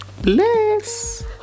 Bless